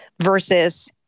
versus